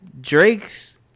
Drake's